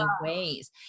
ways